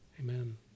Amen